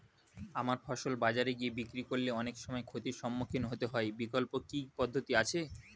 আমার ফসল বাজারে গিয়ে বিক্রি করলে অনেক সময় ক্ষতির সম্মুখীন হতে হয় বিকল্প কি পদ্ধতি আছে?